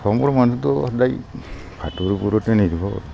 অসমৰ মানুহতো সদায় ভাতৰ ওপৰতে নিৰ্ভৰ